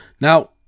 now